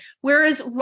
Whereas